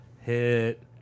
Hit